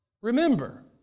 Remember